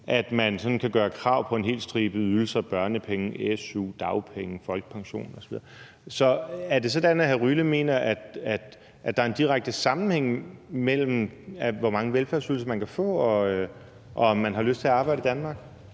sådan kan gøre krav på en hel stribe ydelser: børnepenge, su, dagpenge, folkepension osv. Er det sådan, at hr. Alexander Ryle mener, at der er en direkte sammenhæng mellem, hvor mange velfærdsydelser man kan få, og om man har lyst til at arbejde i Danmark?